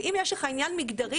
אם יש לך עניין מגדרי,